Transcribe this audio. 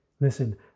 Listen